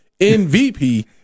MVP